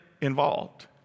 involved